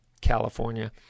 California